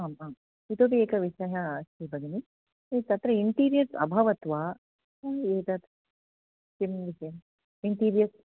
आम् आम् इतोपि एकः विषयः अस्ति भगिनि तत्र इण्टीरियर्स् अभवत् वा एतत् किं विषयः इण्टीरियर्स्